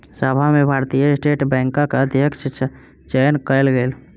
सभा में भारतीय स्टेट बैंकक अध्यक्षक चयन कयल गेल